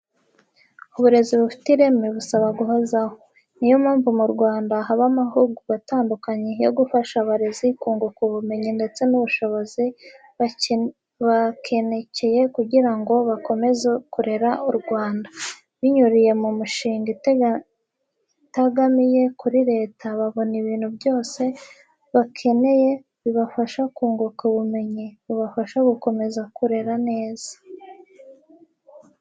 Uburezi bufite ireme busaba guhozaho. Ni yo mpamvu mu Rwanda haba amahugurwa atandukanye yo gufasha abarezi kunguka ubumenyi ndetse n'ubushobozi bakenekeye kugira ngo bakomeze kurerera u Rwanda. Binyuriye mu mishinga itegamiye kuri leta babona ibintu byose bakeneye bibafasha kunguka ubumenyi bubafasha gukomeza kurera neza.